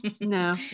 No